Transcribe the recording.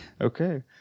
Okay